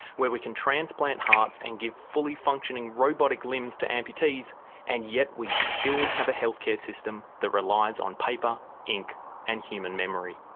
where we can transplant hearts and give fully functioning robotic limbs to amputees and yet we still have a health care system that relies on paper, ink and human memory.